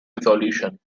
resolution